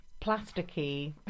plasticky